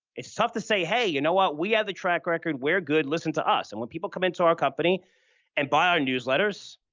it's tough to say, hey, you know what? we have the track record, we're good, listen to us. and when people come into our company and buy our newsletters,